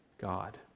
God